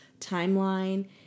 timeline